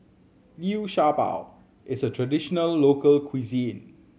Liu Sha Bao is a traditional local cuisine